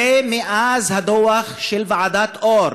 הרי מאז הדוח של ועדת אור,